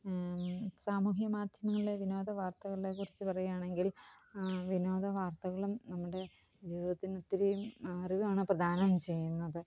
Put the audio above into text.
സാമൂഹ്യമാധ്യമങ്ങളെ വിനോദവാർത്തകളെക്കുറിച്ച് പറയുകയാണെങ്കിൽ വിനോദവാർത്തകളും നമ്മുടെ ജീവിതത്തിനൊത്തിരി അറിവാണ് പ്രധാനം ചെയ്യുന്നത്